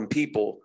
people